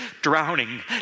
drowning